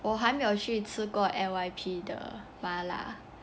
我还没有去吃过 N_Y_P 的麻辣